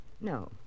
No